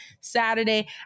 Saturday